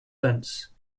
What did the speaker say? fence